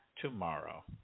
tomorrow